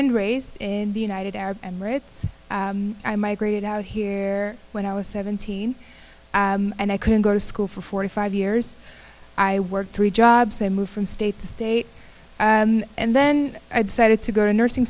and raised in the united arab emirates i migrated out here when i was seventeen and i couldn't go to school for forty five years i worked three jobs i moved from state to state and then i decided to go to nursing